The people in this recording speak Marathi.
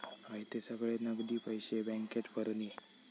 हयते सगळे नगदी पैशे बॅन्केत भरून ये